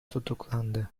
tutuklandı